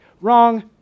Wrong